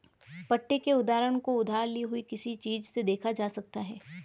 पट्टे के उदाहरण को उधार ली हुई किसी चीज़ से देखा जा सकता है